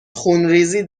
خونریزی